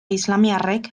islamiarrek